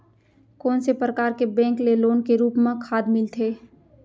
कोन से परकार के बैंक ले लोन के रूप मा खाद मिलथे?